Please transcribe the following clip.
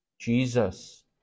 Jesus